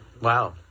Wow